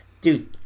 Dude